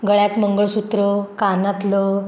गळ्यात मंगळसूत्र कानातलं